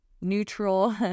neutral